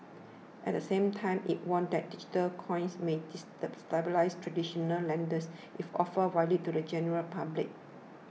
at the same time it warned that digital coins might traditional lenders if offered widely to the general public